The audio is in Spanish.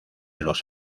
los